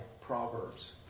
Proverbs